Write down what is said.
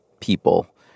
people